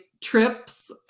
trips